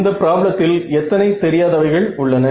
இந்த பிராப்ளத்தில் எத்தனை தெரியாதவைகள் உள்ளன